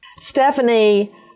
Stephanie